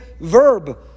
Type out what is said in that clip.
verb